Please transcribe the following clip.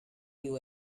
you